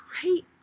great